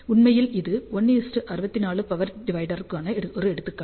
உண்மையில் இது 1 64 பவர் டிவைடருக்கான ஒரு எடுத்துக்காட்டு